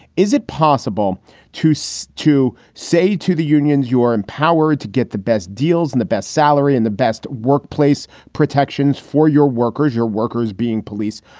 is it possible to start so to say to the unions, you are empowered to get the best deals and the best salary and the best workplace protections for your workers, your workers being police?